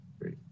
Great